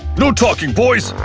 no talking, boys.